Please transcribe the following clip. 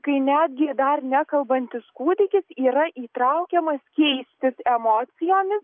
kai netgi dar nekalbantis kūdikis yra įtraukiamas keistis emocijomis